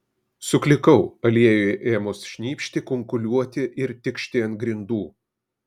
suklikau aliejui ėmus šnypšti kunkuliuoti ir tikšti ant grindų